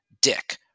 Dick